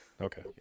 Okay